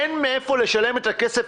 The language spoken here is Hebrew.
כי אין מאיפה לשלם את הכסף.